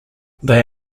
they